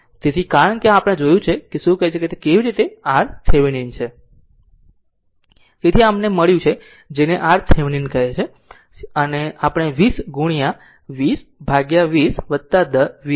તેથી કારણ કે આ આપણે તે પહેલાં જોયું છે કે શું કહે છે કે કેવી રીતે RThevenin છે તેથી આ અમને આ મળ્યું જેને આ RThevenin કહે છે સીધા આપણે 20 ગુણ્યા 2020 20 લખી રહ્યા છીએ